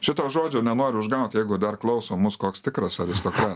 šito žodžio nenoriu užgaut jeigu dar klauso mus koks tikras aristokra